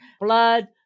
blood